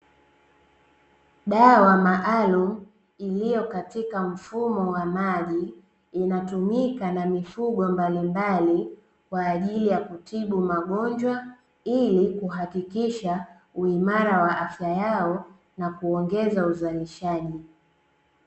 Dawa maalumu iliyo katika mfumo wa maji inatumika na mifugo mbalimbali kwaajili ya kutibu magonjwa, ili kuhakikisha uimara wa afya yao na kuongeza uzalishaji.